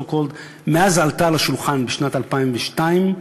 מאז עלתה לשולחן בשנת 2002,